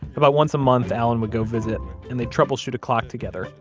about once a month allen would go visit and they'd troubleshoot a clock together,